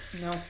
No